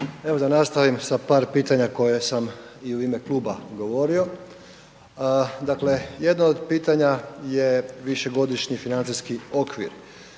Evo da nastavim sa par pitanja koje sam i u ime kluba govorio. Dakle jedno od pitanja je višegodišnji financijski okvir.